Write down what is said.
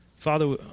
Father